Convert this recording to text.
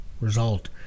result